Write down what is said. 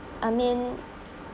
I mean